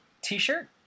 T-shirt